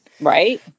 right